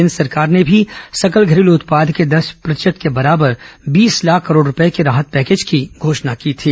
केन्द्र सरकार ने भी सकल घरेलू उत्पाद के दस प्रतिशत के बराबर बीस लाख करोड़ रूपये के राहत पैकेज की घोषणा की थी